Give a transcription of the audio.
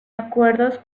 acuerdos